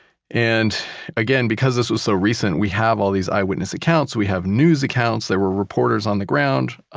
and again, because this was so recent we have all these eyewitness accounts. we have news accounts, there were reporters on the ground ah